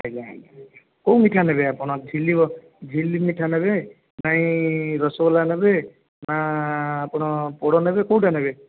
ଆଜ୍ଞା ଆଜ୍ଞା କେଉଁ ମିଠା ନେବେ ଆପଣ ଝିଲ୍ଲୀ ମିଠା ନେବେ ନାଇଁ ରସୋଗଲା ନେବେ ନା ଆପଣ ପୋଡ଼ ନେବେ କେଉଁଟା ନେବେ